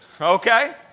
Okay